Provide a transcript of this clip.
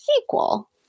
sequel